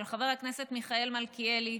של חבר הכנסת מיכאל מלכיאלי,